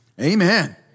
Amen